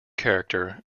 character